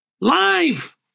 live